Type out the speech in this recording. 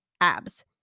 abs